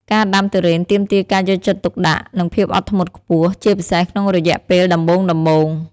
ការដាំទុរេនទាមទារការយកចិត្តទុកដាក់ និងភាពអត់ធ្មត់ខ្ពស់ ជាពិសេសក្នុងរយៈពេលដំបូងៗ។